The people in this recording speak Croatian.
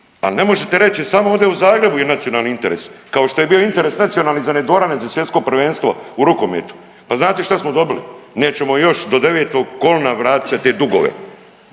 ali ne možete reći samo ovdje u Zagrebu je nacionalni interes, kao što je bio interes nacionalni za one dvorane za svjetsko prvenstvo u rukometu, pa znate što smo dobili, nećemo još do devetog kolina vraćat te dugove,